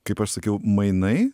kaip aš sakiau mainai